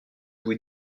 vous